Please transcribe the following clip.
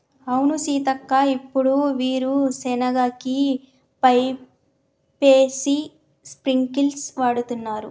అవును సీతక్క ఇప్పుడు వీరు సెనగ కి పైపేసి స్ప్రింకిల్స్ వాడుతున్నారు